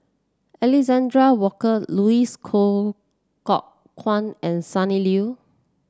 Alexander Worker Louis Coal Kok Kwang and Sonny Liew